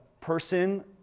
person